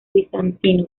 bizantino